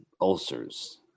ulcers